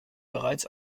bereits